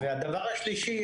הדבר השלישי,